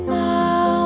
now